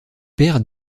perd